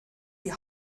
die